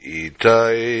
itai